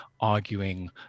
arguing